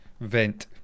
vent